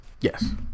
yes